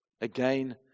again